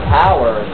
power